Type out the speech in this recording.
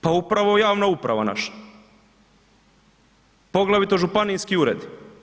Pa upravo javna uprava naša, poglavito županijski uredi.